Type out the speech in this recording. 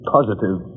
Positive